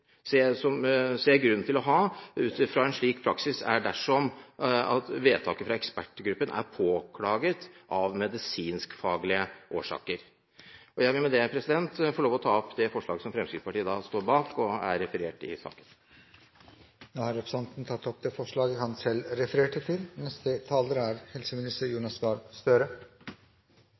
til å ha, er dersom vedtaket fra ekspertgruppen er påklaget av medisinsk-faglige årsaker. Jeg vil med dette få lov til å ta opp det forslaget Fremskrittspartiet står bak, og som er referert i innstillingen. Representanten Per Arne Olsen har tatt opp det forslaget han refererte til. Det er